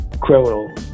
criminal